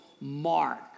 Mark